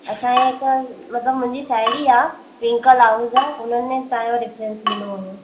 असांखे हिकु मतिलबु मुंहिंजी साहेड़ी आहे ट्विंकल आहूजा उन्हनि तव्हांजो रेफेरंस ॾिनो हुयो